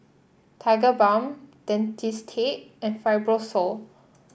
Tigerbalm Dentiste and Fibrosol